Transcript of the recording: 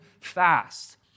fast